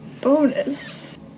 bonus